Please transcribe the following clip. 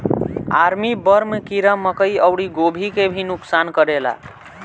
army worm कीड़ा मकई अउरी गोभी के भी नुकसान करेला